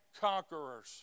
conquerors